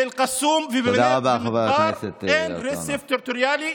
באל-קסום ובנווה מדבר אין רצף טריטוריאלי,